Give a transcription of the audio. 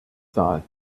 saal